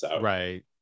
Right